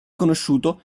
conosciuto